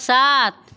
सात